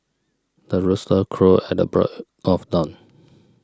the rooster crows at the break of dawn